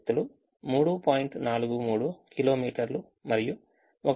43 కిలోమీటర్లు మరియు 1